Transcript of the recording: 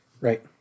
right